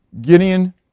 Gideon